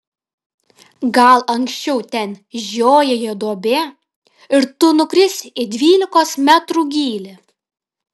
gal anksčiau ten žiojėjo duobė ir tu nukrisi į dvylikos metrų gylį